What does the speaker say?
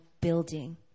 building